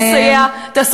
נא לסיים.